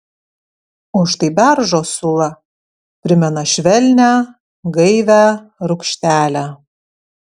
o štai beržo sula primena švelnią gaivią rūgštelę